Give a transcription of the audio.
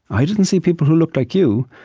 i didn't see people who looked like you.